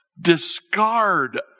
Discard